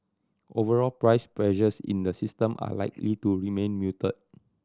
overall price pressures in the system are likely to remain muted